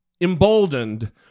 emboldened